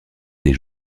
des